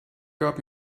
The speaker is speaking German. gab